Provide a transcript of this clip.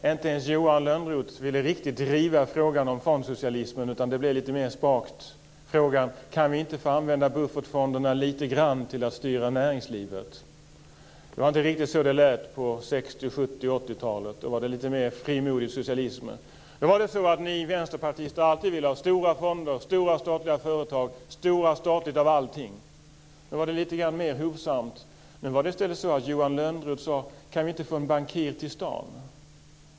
Inte ens Johan Lönnroth ville riktigt driva frågan om fondsocialismen, utan det blev lite mer ett spakt frågande: Kan vi inte få använda buffertfonderna lite grann till att styra näringslivet? Det var inte riktigt så det lät på 60-, 70 och 80 talen. Då var det lite mer frimodig socialism. Då var det så att ni vänsterpartister alltid ville ha stora fonder, stora statliga företag och stort statligt av allting. Nu var det lite mer hovsamt. Nu sade Johan Lönnroth i stället: Kan vi inte få en bankir till staden?